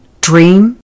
dream